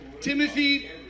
Timothy